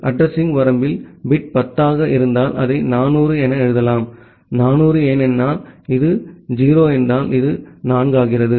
addressing வரம்பில் bit 10 ஆக இருந்தால் அதை 400 என எழுதலாம் 400 ஏனெனில் இது 0 என்றால் இது 4 ஆகிறது